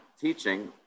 teaching